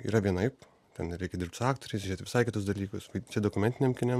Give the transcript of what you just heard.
yra vienaip ten reikia dirbt su aktoriais žiūrėt į visai kitus dalykus čia dokumentiniam kine